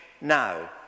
Now